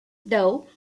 though